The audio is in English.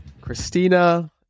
Christina